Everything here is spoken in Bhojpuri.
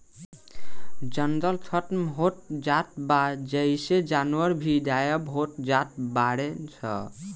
जंगल खतम होत जात बा जेइसे जानवर भी गायब होत जात बाडे सन